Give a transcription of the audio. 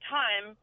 time